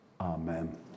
Amen